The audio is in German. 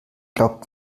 glaubt